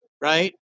right